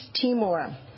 Timor